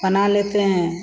बना लेते हैं